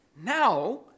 Now